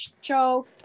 show